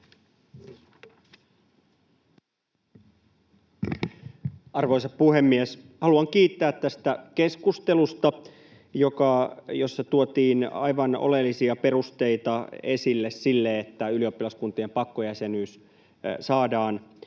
Arvoisa puhemies! Haluan kiittää tästä keskustelusta, jossa tuotiin aivan oleellisia perusteita esille sille, että ylioppilaskuntien pakkojäsenyys saadaan